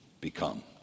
become